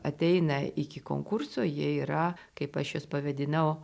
ateina iki konkurso jie yra kaip aš jus pavadinau